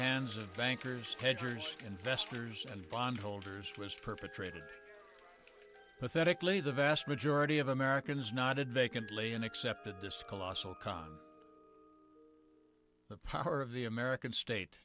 hands of bankers hedgers investors and bondholders was perpetrated pathetically the vast majority of americans not had vacantly and accepted this colossal con the power of the american state